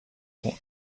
haut